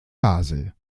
basel